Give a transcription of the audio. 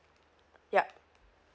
yup